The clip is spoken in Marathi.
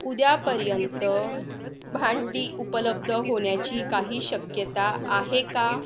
उद्यापर्यंत भांडी उपलब्ध होण्याची काही शक्यता आहे का